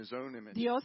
God